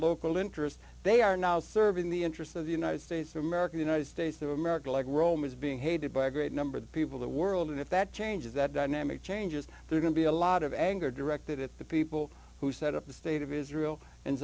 local interest they are now serving the interests of the united states of america united states of america like rome is being hated by a great number of people the world and if that changes that namak changes they're going to be a lot of anger directed at the people who set up the state of israel and